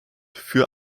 für